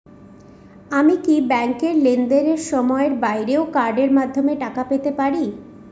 আমি কি ব্যাংকের লেনদেনের সময়ের বাইরেও কার্ডের মাধ্যমে টাকা পেতে পারি?